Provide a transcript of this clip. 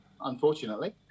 unfortunately